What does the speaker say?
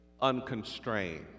unconstrained